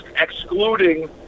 excluding